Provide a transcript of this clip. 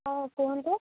ହଁ କୁହନ୍ତୁ